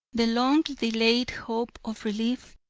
the long-delayed hope of relief,